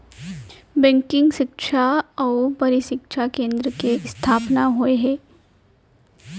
banking सिक्छा अउ परसिक्छन केन्द्र के इस्थापना होय हे